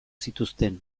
zituzten